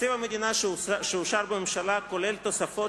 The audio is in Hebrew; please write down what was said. תקציב המדינה שאושר בממשלה כולל תוספות